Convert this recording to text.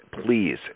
please